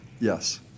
Yes